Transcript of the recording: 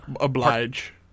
oblige